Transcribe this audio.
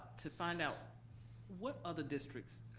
to find out what other districts,